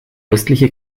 östliche